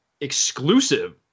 exclusive